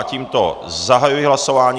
Tímto zahajuji hlasování.